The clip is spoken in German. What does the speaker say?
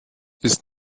ist